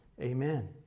amen